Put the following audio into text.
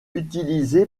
utilisé